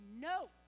no